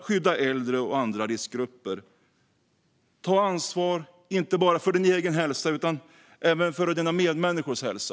Skydda äldre och andra riskgrupper! Ta ansvar, inte bara för din egen hälsa utan även för dina medmänniskors hälsa!